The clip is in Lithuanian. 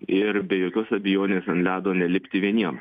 ir be jokios abejonės ant ledo nelikti vieniem